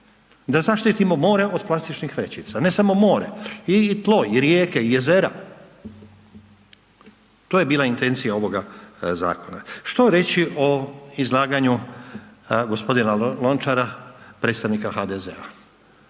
da zaštitimo more od plastičnih vrećica, ne samo more, i tlo, i rijeke, i jezera. To je bila intencija ovoga zakona. Što reći o izlaganju g. Lončara, predstavnika HDZ?